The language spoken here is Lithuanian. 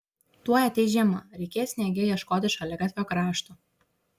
tuoj ateis žiema reikės sniege ieškoti šaligatvio krašto